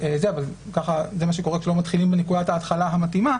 אבל זה מה שקורה כשלא מתחילים בנקודת ההתחלה המתאימה,